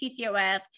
PCOS